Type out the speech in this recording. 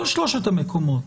כל שלושת המקומות,